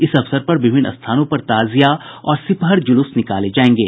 इस अवसर पर विभिन्न स्थानों पर ताज़िया और सिपहर जुलूस निकाले जायेंगे